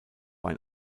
ein